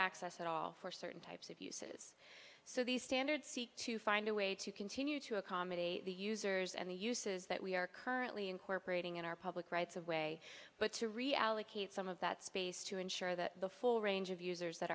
access at all for certain types of uses so these standards seek to find a way to continue to accommodate the users and the uses that we are currently incorporating in our public rights of way but to reallocate some of that space to ensure that the full range of users that